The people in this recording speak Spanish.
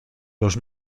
los